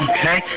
Okay